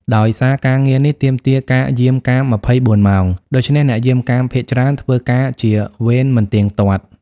ដោយសារការងារនេះទាមទារការយាមកាម ២៤ ម៉ោង ដូច្នេះអ្នកយាមកាមភាគច្រើនធ្វើការជាវេនមិនទៀងទាត់។